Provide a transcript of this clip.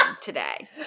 today